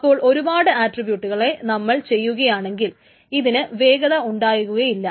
അപ്പോൾ ഒരുപാട് ആട്രിബ്യൂട്ട്കളെ നമ്മൾ ചെയ്യുകയാണെങ്കിൽ ഇതിന് വേഗത ഉണ്ടാകുകയില്ല